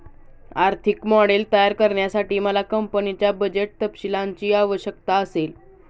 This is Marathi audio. आर्थिक मॉडेल तयार करण्यासाठी मला कंपनीच्या बजेट तपशीलांची आवश्यकता असेल